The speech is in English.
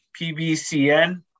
PBCN